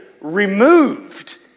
removed